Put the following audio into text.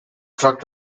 truck